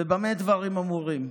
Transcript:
ובמה דברים אמורים?